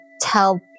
tell